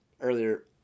earlier